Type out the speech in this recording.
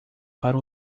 para